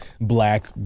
black